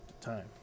time